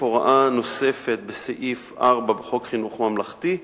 הוראה נוספת בסעיף 4 בחוק חינוך ממלכתי,